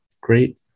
Great